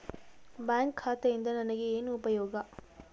Bank ಖಾತೆಯಿಂದ ನನಗೆ ಏನು ಉಪಯೋಗ?